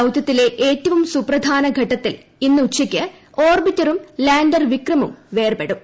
ദൌത്യത്തിലെ ഏറ്റവും സുപ്രധാന ഘട്ടത്തിൽ ഇന്ന് ഉച്ചയ്ക്ക് ഓർബിറ്ററും ലാൻഡർ വിക്രമും വേർപെടും